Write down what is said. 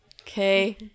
okay